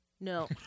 No